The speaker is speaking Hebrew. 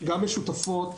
משותפות